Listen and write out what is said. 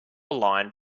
line